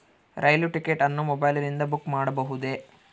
ರೈಲು ticket ಅನ್ನು ಮೊಬೈಲಿಂದ book ಮಾಡಬಹುದೆ?